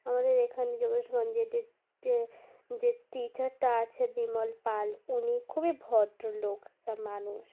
আমাদের এখানে যোগেশগঞ্জের যে টিচারটা আছে বিমল পাল উনি খুবই ভদ্রলোক একটা মানুষ